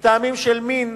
מטעמים של מין,